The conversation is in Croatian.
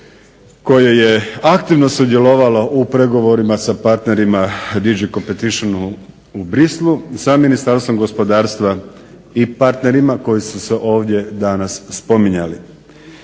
koje je aktivno sudjelovalo u pregovorima sa partnerima …/Govornik govori engleski, ne razumije se. /… u Bruxellesu sa Ministarstvom gospodarstva i partnerima koji su se ovdje danas spominjali.